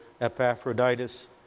Epaphroditus